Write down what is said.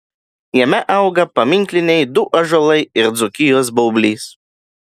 jame auga paminkliniai du ąžuolai ir dzūkijos baublys